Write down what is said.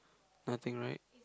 nothing right